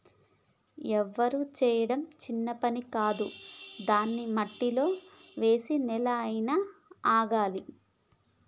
ఎరువు చేయడం చిన్న పని కాదు దాన్ని మట్టిలో వేసి నెల అయినా ఆగాలి